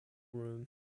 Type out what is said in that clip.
room